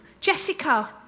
Jessica